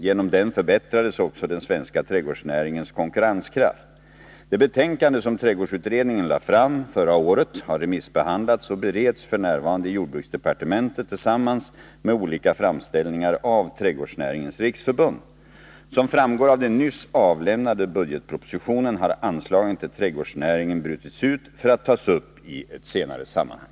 Genom den förbättrades också den svenska trädgårdsnäringens konkurrenskraft. Det betänkande som trädgårdsnäringsutredningen lade fram förra året har remissbehandlats och bereds f. n. i jordbruksdepartementet tillsammans med olika framställningar av Trädgårdsnäringens riksförbund. Som framgår av den nyss avlämnade budgetpropositionen har anslagen till trädgårdsnäringen brutits ut för att tas upp i ett senare sammanhang.